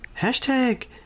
Hashtag